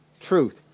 truth